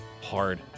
hard